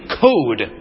code